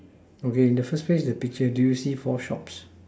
okay in the first place the picture do you see four shops